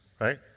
right